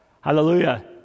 Hallelujah